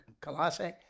Colossae